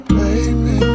baby